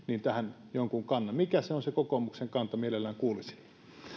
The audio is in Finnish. tähän jonkun kannan mikä se on se kokoomuksen kanta mielellään kuulisin